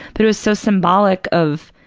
but it was so symbolic of,